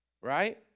right